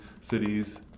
cities